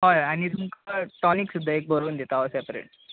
हय हय आनी तुमका टॉनीक सुद्दां बरोवन दिता एक सॅपरेट